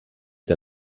der